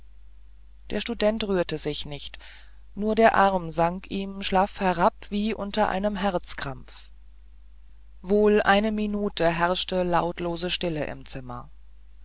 der student rührte sich nicht nur der arm sank ihm schlaff herab wie unter einem herzkrampf wohl eine minute herrschte lautlose stille im zimmer